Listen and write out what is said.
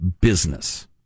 business